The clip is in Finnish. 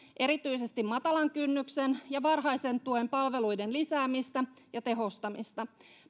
erityisesti matalan kynnyksen ja varhaisen tuen palveluiden lisäämistä ja tehostamista